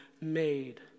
made